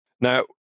Now